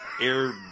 Air